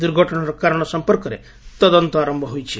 ଦୁର୍ଘଟଣାର କାରଣ ସମ୍ପର୍କରେ ତଦନ୍ତ ଆରମ୍ଭ ହୋଇଛି